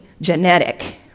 genetic